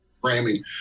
framing